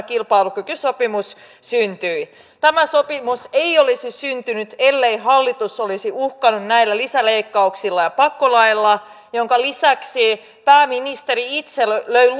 kilpailukykysopimus syntyi tämä sopimus ei olisi syntynyt ellei hallitus olisi uhkaillut näillä lisäleikkauksilla ja pakkolaeilla minkä lisäksi pääministeri itse löi